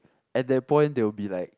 at that point they will be like